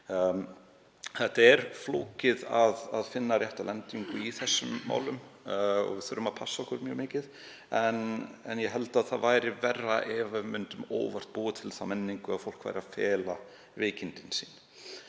Það er flókið að finna rétta lendingu í þessum málum og við þurfum að passa okkur mjög vel. En ég held að það væri verra ef við myndum óvart búa til þá menningu að fólk væri að fela veikindi sín.